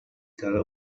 cada